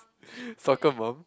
soccer bomb